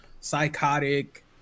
psychotic